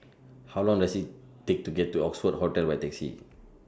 How Long Does IT Take to get to Oxford Hotel By Taxi